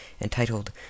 entitled